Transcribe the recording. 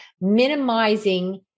minimizing